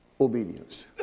obedience